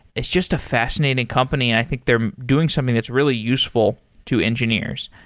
it's just a fascinating company and i think they're doing something that's really useful to engineers.